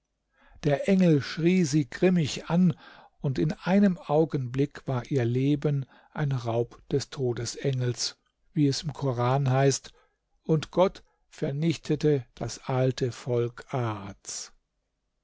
der engel schrie sie grimmig an und in einem augenblick war ihr leben ein raub des todesengels wie es im koran heißt und gott vernichtete das alte volk aads